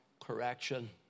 correction